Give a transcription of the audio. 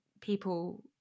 people